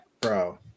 bro